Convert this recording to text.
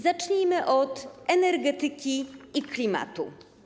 Zacznijmy od energetyki i klimatu.